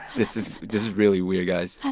this is just really weird, guys